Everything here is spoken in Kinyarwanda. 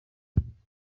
y’ikirenge